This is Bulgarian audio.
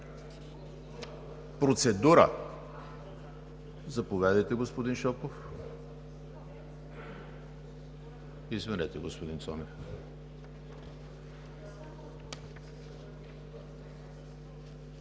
Процедура? Заповядайте, господин Шопов. Извинете, господин Цонев.